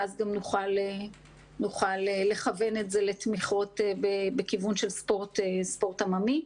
ואז גם נוכל לכוון את זה לתמיכות בכיוון של ספורט עממי.